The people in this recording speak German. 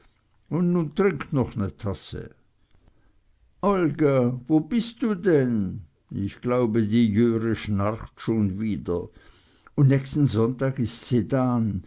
un nu trink noch ne tasse olga wo bist du denn ich glaube die jöre schnarcht schon wieder un nächsten sonntag is